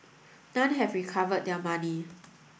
none have recovered their money